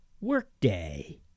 Workday